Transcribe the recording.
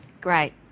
Great